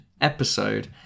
episode